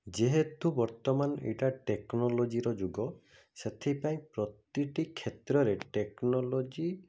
ଯେହେତୁ ବର୍ତ୍ତମାନ ଏଇଟା ଟେକ୍ନୋଲୋଜିର ଯୁଗ ସେଥିପାଇଁ ପ୍ରତିଟି କ୍ଷେତ୍ରରେ ଟେକ୍ନୋଲୋଜି